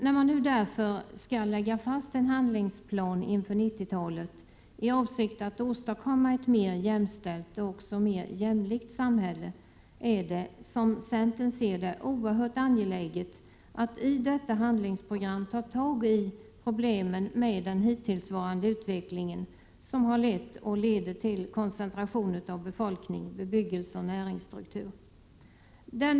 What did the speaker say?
När man därför nu skall lägga fast en handlingsplan inför 1990-talet i avsikt att åstadkomma ett mer jämställt och jämlikt samhälle är det, som centern ser det, oerhört angeläget att man i detta handlingsprogram tar tag i problemen med den hittillsvarande utvecklingen, som har lett och leder till koncentration av befolkning, bebyggelse och näringsstruktur.